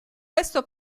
questo